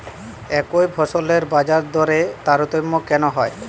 একই ফসলের বাজারদরে তারতম্য কেন হয়?